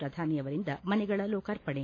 ಪ್ರಧಾನಿಯವರಿಂದ ಮನೆಗಳ ಲೋಕಾರ್ಪಣೆ